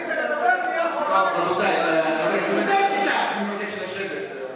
רבותי, אני מבקש לשבת.